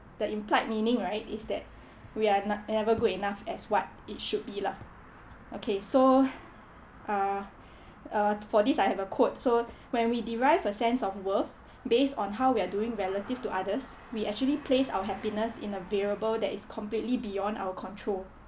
the implied meaning right is that we are n~ never good enough as what it should be lah okay so uh uh for this I have a quote so when we derive a sense of worth based on how we are doing relative to others we actually place our happiness in a variable that is completely beyond our control